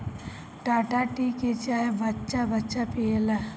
Tata tea के चाय बच्चा बच्चा पियेला